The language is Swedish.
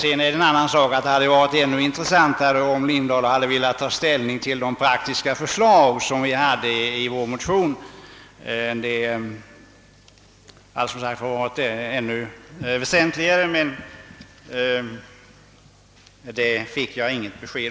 En annan sak är att det hade varit ännu bättre om han velat ta ställning till de praktiska förslag som framförts i vår motion, men på den punkten fick vi inget besked.